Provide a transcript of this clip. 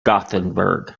gothenburg